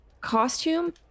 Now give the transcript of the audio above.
costume